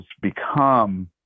become